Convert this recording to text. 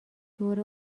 دور